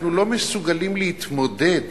אנחנו לא מסוגלים להתמודד